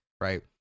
right